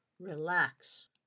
relax